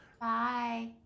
Bye